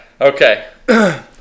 Okay